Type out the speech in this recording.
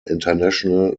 international